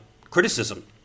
criticism